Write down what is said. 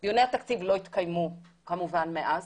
אני לא יכולה להביע כמה שאני כועסת מכל מה